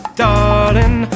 darling